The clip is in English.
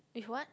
with what